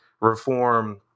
reform